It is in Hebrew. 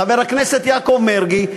חבר הכנסת יעקב מרגי,